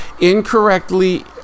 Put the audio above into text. incorrectly